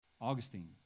Augustine